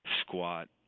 Squat